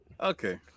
Okay